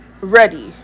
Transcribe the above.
ready